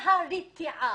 להיתפס.